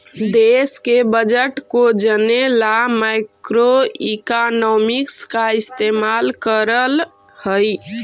देश के बजट को जने ला मैक्रोइकॉनॉमिक्स का इस्तेमाल करल हई